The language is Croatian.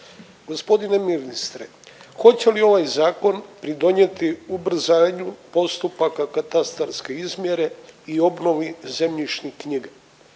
Gospodine ministre, hoće li ovaj zakon pridonijeti ubrzanju postupaka katastarske izmjere i obnovi zemljišnih knjiga